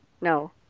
no